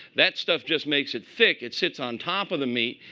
that stuff just makes it thick. it sits on top of the meat.